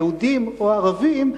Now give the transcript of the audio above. יהודים או ערבים,